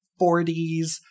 40s